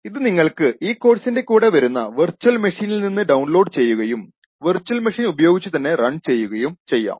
ഇത് നിങ്ങള്ക്ക് ഈ കോഴ്സിന്റെ കൂടെ വരുന്ന വർച്വൽ മെഷീനിൽ നിന്ന് ഡൌൺലോഡ് ചെയ്യുകയും വർച്വൽ മെഷീൻ ഉപയോഗിച്ചു തന്നെ റൺ ചെയ്യുകയും ചെയ്യാം